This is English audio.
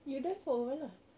you dye for awhile lah